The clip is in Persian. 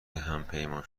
همپیمان